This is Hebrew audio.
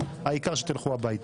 העיקר שתלכו הביתה.